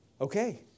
okay